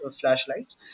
flashlights